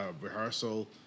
rehearsal